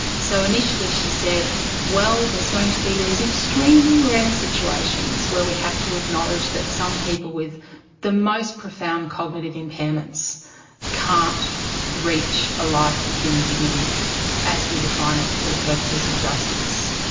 so initially she said well, there's going to be these extremely rare situations where we have to acknowledge that some people with the most profound cognitive impairments can't reach a life of human dignity as we define it for the purposes of justice.